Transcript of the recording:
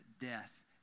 death